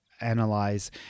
analyze